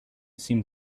seemed